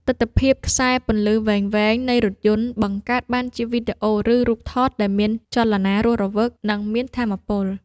ទិដ្ឋភាពខ្សែពន្លឺវែងៗនៃរថយន្ត បង្កើតបានជាវីដេអូឬរូបថតដែលមានចលនារស់រវើក និងមានថាមពល។